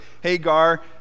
Hagar